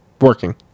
Working